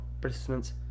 participants